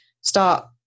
start